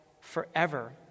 forever